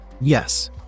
Yes